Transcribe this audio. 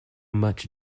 much